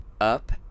up